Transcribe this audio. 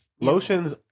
lotions